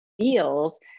feels